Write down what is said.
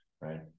right